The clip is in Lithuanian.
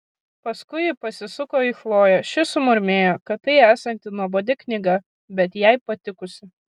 paskui ji pasisuko į chloję ši sumurmėjo kad tai esanti nuobodi knyga bet jai patikusi